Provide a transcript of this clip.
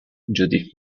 judith